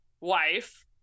wife